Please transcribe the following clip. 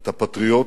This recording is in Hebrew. אתה פטריוט.